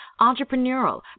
entrepreneurial